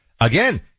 Again